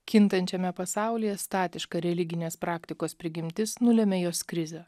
kintančiame pasaulyje statiška religinės praktikos prigimtis nulemia jos krizę